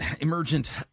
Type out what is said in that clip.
emergent